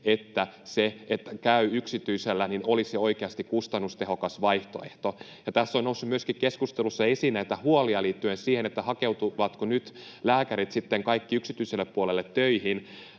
että se, että käy yksityisellä, olisi oikeasti kustannustehokas vaihtoehto. Tässä on noussut myöskin keskustelussa esiin huolia liittyen siihen, hakeutuvatko nyt sitten kaikki lääkärit yksityiselle puolelle töihin.